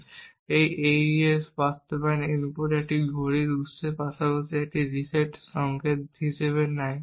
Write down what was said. এখন এই AES বাস্তবায়ন ইনপুট একটি ঘড়ি উৎসের পাশাপাশি একটি রিসেট সংকেত হিসাবে নেয়